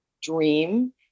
dream